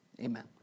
Amen